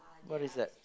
what is that